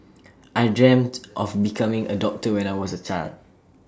I dreamt of becoming A doctor when I was A child